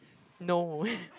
no